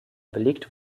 belegt